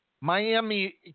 Miami